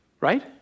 right